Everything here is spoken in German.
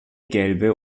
gelbe